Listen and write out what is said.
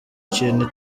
kintu